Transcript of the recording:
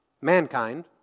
mankind